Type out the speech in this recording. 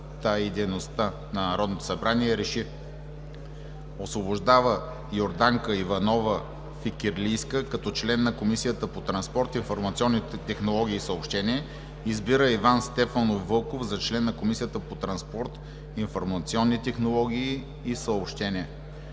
и дейността на Народното събрание РЕШИ: 1. Освобождава Йорданка Иванова Фикирлийска като член на Комисията по транспорт, информационни технологии и съобщения. 2. Избира Иван Стефанов Вълков за член на Комисията по транспорт, информационни технологии и съобщения.“